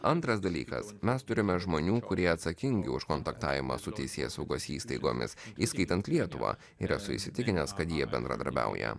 antras dalykas mes turime žmonių kurie atsakingi už kontaktavimą su teisėsaugos įstaigomis įskaitant lietuvą ir esu įsitikinęs kad jie bendradarbiauja